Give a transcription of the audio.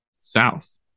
South